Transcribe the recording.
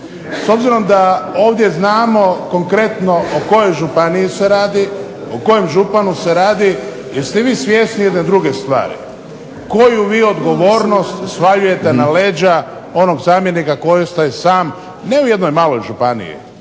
S obzirom da ovdje znamo konkretno o kojoj županiji se radi, o kojem županu se radi jer ste vi svjesni jedne druge stvari koju vi odgovornost svaljujete na leđa onog zamjenika koji ostaje sam ne u jednoj maloj županiji.